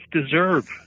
deserve